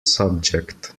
subject